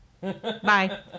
Bye